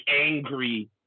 angry